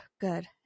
good